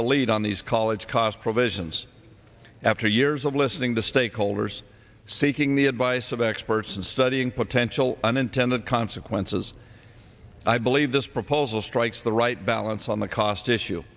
the lead on these college cost provisions after years of listening to stakeholders seeking the advice of experts and studying potential unintended consequences i believe this proposal strikes the right balance on the cost issue